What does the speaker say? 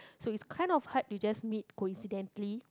so it's kind of hard to just meet coincidentally